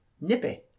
Nippy